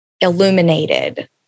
illuminated